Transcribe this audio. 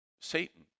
Satan